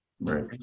Right